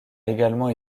également